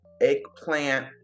eggplant